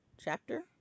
chapter